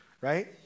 right